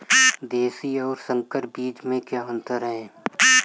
देशी और संकर बीज में क्या अंतर है?